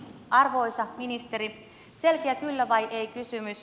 arvoisa ministeri selkeä kyllä vai ei kysymys